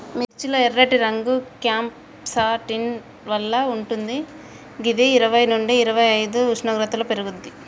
మిర్చి లో ఎర్రటి రంగు క్యాంప్సాంటిన్ వల్ల వుంటది గిది ఇరవై నుండి ఇరవైఐదు ఉష్ణోగ్రతలో పెర్గుతది